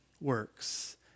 works